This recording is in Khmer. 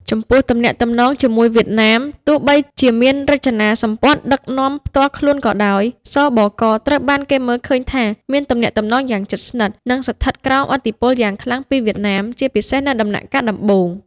ចំពោះទំនាក់ទំនងជាមួយវៀតណាម ទោះបីជាមានរចនាសម្ព័ន្ធដឹកនាំផ្ទាល់ខ្លួនក៏ដោយ ស.ប.ក. ត្រូវបានគេមើលឃើញថាមានទំនាក់ទំនងយ៉ាងជិតស្និទ្ធ និងស្ថិតក្រោមឥទ្ធិពលយ៉ាងខ្លាំងពីវៀតណាម ជាពិសេសនៅដំណាក់កាលដំបូង ។